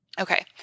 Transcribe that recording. Okay